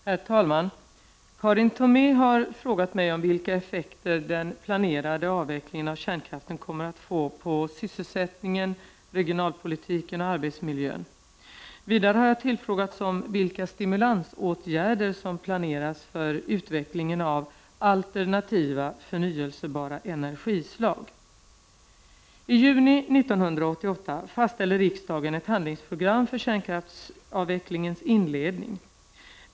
Herr talman! Karin Thomé har frågat mig om vilka effekter den plånerade avvecklingen av kärnkraften kommer att få på sysselsättningen, regionalpolitiken och arbetsmiljön. Vidare har jag tillfrågats om vilka stimulansåtgärder som planeras för utvecklingen av alternativa förnyelsebara energislag. I juni 1988 fastställde riksdagen ett handlingsprogram för kärnkraftsavvecklingens inledning .